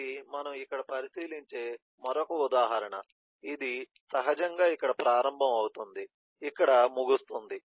ఇది మనము ఇక్కడ పరిశీలించే మరొక ఉదాహరణ ఇది సహజంగా ఇక్కడ ప్రారంభం అవుతుంది ఇక్కడ ముగుస్తుంది